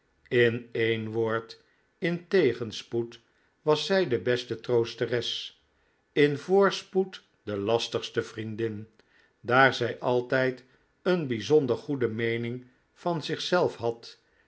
in een woord in tegenspoed was zij de beste troosteres in voorspoed de lastigste vriendin daar zij altijd een bijzonder goede meening van zichzelf had